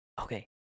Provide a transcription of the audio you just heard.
Okay